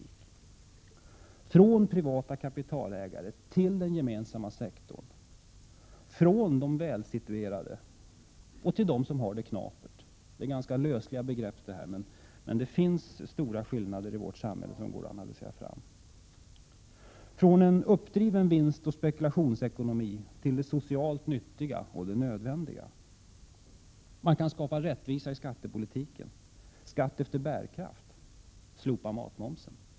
Det måste ske en omfördelning från privata kapitalägare till den gemensamma sektorn, från de välsituerade till dem som har det knapert. Detta är ganska lösliga begrepp, 25 men det finns stora skillnader i vårt samhälle som det går att analysera fram. Från en uppdriven vinstoch spekulationsekonomi måste det vidare ske en omfördelning till det socialt nyttiga och det nödvändiga. Man kan skapa rättvisa i skattepolitiken — införa skatt efter bärkraft, slopa matmomsen.